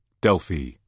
Delphi